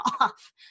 off